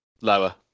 Lower